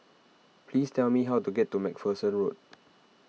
please tell me how to get to MacPherson Road